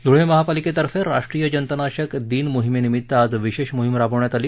धुळे महापालिकेतर्फे राष्ट्रीय जंतनाशक दिन मोहिमेनिमित्त आज विशेष मोहिम राबवण्यात आली